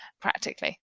practically